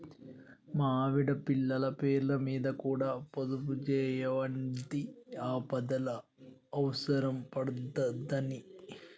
మా ఆవిడ, పిల్లల పేర్లమీద కూడ పొదుపుజేయవడ్తి, ఆపదల అవుసరం పడ్తదని